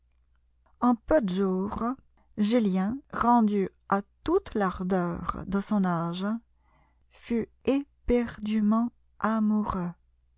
en peu de jours julien rendu à toute l'ardeur de son âge fut éperdument amoureux